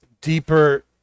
deeper